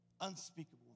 Unspeakable